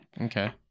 Okay